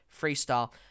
Freestyle